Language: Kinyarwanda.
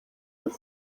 ngo